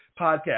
podcast